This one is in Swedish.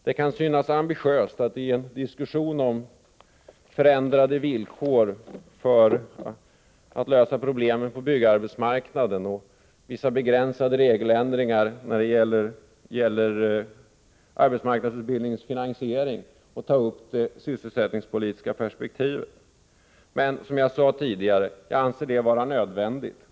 Det kan synas ambitiöst att i en diskussion om förändrade villkor för att lösa problemen på byggarbetsmarknaden och vissa begränsade regeländringar när det gäller arbetsmarknadsutbildningens finansiering ta upp det sysselsättningspolitiska perspektivet, men som jag sade tidigare anser jag det nödvändigt.